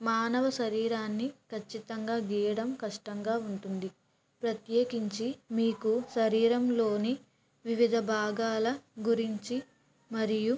మానవ శరీరాన్ని ఖచ్చితంగా గీయడం కష్టంగా ఉంటుంది ప్రత్యేకించి మీకు శరీరంలోని వివిధ భాగాల గురించి మరియు